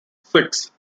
six